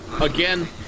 Again